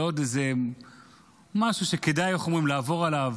לא עוד משהו שכדאי לעבור עליו,